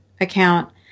account